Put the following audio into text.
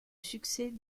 succès